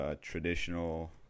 traditional